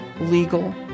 legal